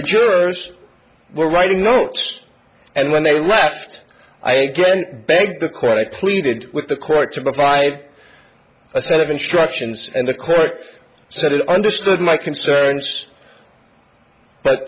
the jurors were writing notes and when they left i again begged the credit pleaded with the court to provide a set of instructions and the court said it understood my concerns but